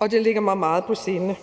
og det ligger mig meget på sinde.